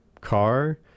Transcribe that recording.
car